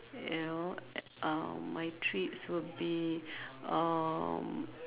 you know uh my treats will be um